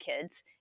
kids